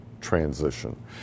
transition